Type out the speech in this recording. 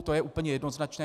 To je úplně jednoznačné.